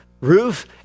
roof